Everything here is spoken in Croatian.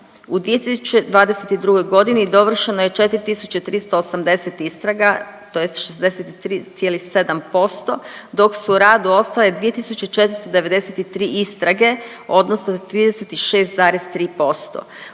u 2022. godini dovršeno je 4380 istraga, tj. 63,7% dok su u radu ostale 2493 istrage, odnosno za 36,3%.